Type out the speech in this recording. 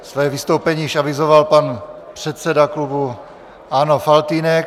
Své vystoupení již avizoval pan předseda klubu ANO Faltýnek.